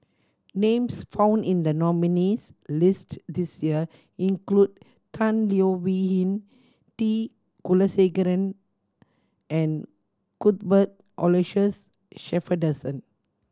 names found in the nominees' list this year include Tan Leo Wee Hin T Kulasekaram and Cuthbert Aloysius Shepherdson